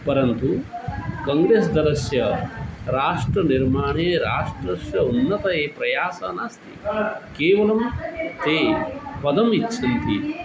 परन्तु कङ्ग्रेस् दलस्य राष्ट्रनिर्माणे राष्ट्रसद्य उन्नतये प्रयासः नास्ति केवलं ते पदम् इच्छन्ति